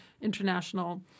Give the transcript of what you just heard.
international